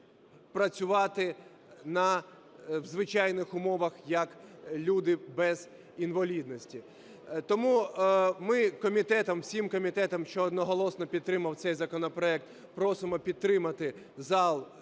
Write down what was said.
працювати в звичайних умовах, як люди без інвалідності. Тому ми комітетом, всім комітетом, що одноголосно підтримав цей законопроект, просимо підтримати зал